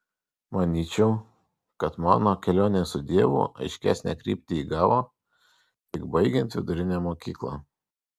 manyčiau kad mano kelionė su dievu aiškesnę kryptį įgavo tik baigiant vidurinę mokyklą